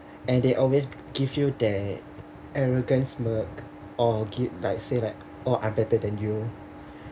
and they always give you their arrogant smirk or give like say like oh I'm better than you